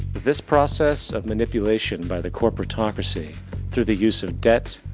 this process of manipulation by the corporatocracy through the use of debt,